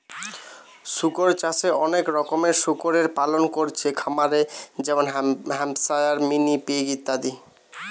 শুকর চাষে অনেক রকমের শুকরের পালন কোরছে খামারে যেমন হ্যাম্পশায়ার, মিনি পিগ ইত্যাদি